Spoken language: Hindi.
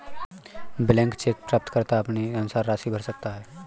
ब्लैंक चेक प्राप्तकर्ता अपने अनुसार राशि भर सकता है